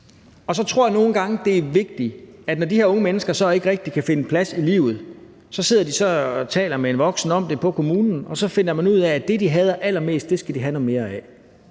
gange tror jeg at det er vigtigt, at når de her unge mennesker så ikke rigtig kan finde plads i livet, sidder de og taler med en voksen i kommunen om det, og så finder man der ud af, at det, de hader allermest, skal de have noget mere af